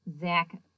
Zach